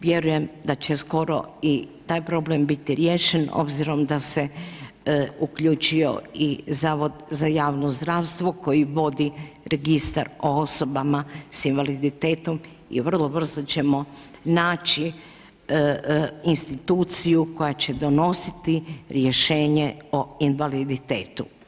Vjerujem da će skoro i taj problem biti riješen obzirom da se uključio i Zavod za javno zdravstvo koji vodi registar o osobama sa invaliditetom i vrlo brzo ćemo naći instituciju koja će donositi rješenje o invaliditetu.